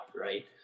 right